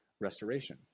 restoration